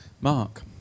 Mark